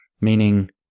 meaning